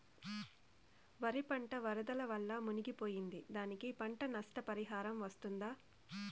వరి పంట వరదల వల్ల మునిగి పోయింది, దానికి పంట నష్ట పరిహారం వస్తుందా?